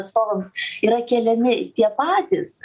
atstovams yra keliami tie patys